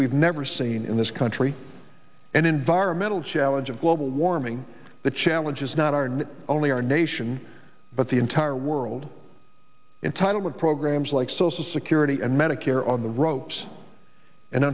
we've never seen in this country and environmental challenge of global warming the challenges not are not only our nation but the entire world entitlement programs like social security and medicare on the ropes and